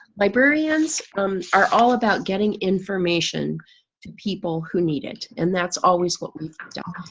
librarians um are all about getting information to people who need it and that's always what we've done.